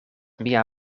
mia